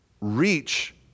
reach